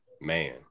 Man